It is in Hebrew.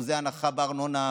אחוזי הנחה בארנונה,